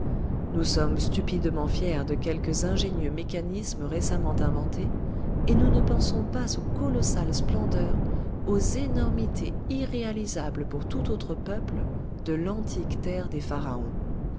nous sommes stupidement fiers de quelques ingénieux mécanismes récemment inventés et nous ne pensons pas aux colossales splendeurs aux énormités irréalisables pour tout autre peuple de l'antique terre des pharaons